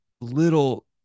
little